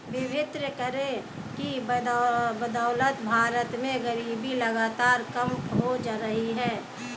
विभिन्न करों की बदौलत भारत में गरीबी लगातार कम हो रही है